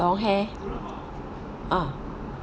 long hair uh